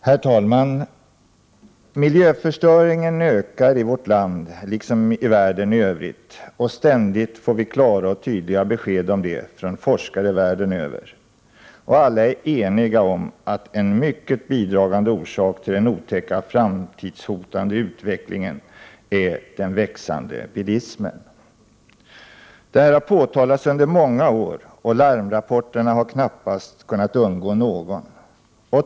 Herr talman! Miljöförstöringen ökar i vårt land, liksom i världen i övrigt. Ständigt får vi klara och tydliga besked om det från forskare världen över. Alla är eniga om att en starkt bidragande orsak till den otäcka och framtidshotande utvecklingen är den växande bilismen. Detta har påtalats under många år, och larmrapporterna har knappast kunnat undgå någon.